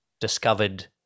discovered